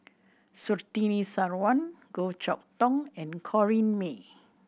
Surtini Sarwan Goh Chok Tong and Corrinne May